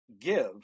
give